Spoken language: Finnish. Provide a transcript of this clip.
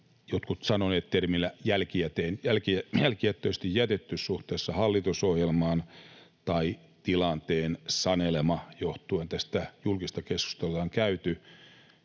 ovat sanoneet, että se on jälkijättöisesti jätetty suhteessa hallitusohjelmaan tai tilanteen sanelema johtuen julkisesta keskustelusta, jota on käyty.